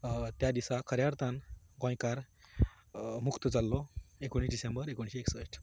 त्या दिसाक खऱ्या अर्थान गोंयकार मुक्त जाल्लो एकोणीस डिसँबर एकोणिशे एकसश्ट